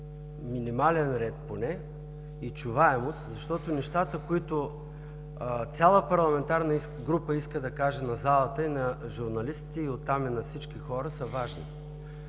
минимален ред и чуваемост, защото нещата, които цяла парламентарна група иска да каже на залата и на журналистите, и оттам на всички хора, са важни.